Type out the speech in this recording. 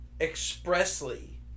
expressly